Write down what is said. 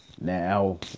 Now